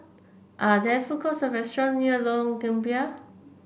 are there food courts or restaurant near Lorong Gambir